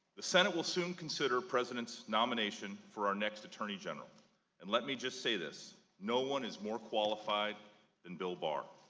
the senate will soon consider president's nomination for our next attorney general and let me just say this. no one is more qualified than bill barr.